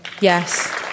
Yes